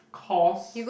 calls